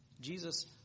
Jesus